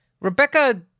Rebecca